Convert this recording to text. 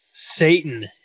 Satan